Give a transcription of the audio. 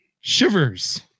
Shivers